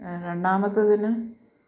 രണ്ടാമത്തത്തിനും